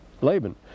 Laban